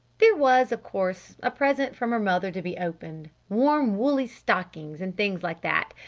there was, of course, a present from her mother to be opened warm, woolly stockings and things like that.